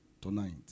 tonight